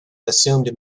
assumed